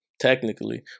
technically